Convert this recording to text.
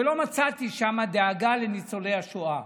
ולא מצאתי שם דאגה לניצולי השואה.